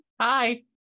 hi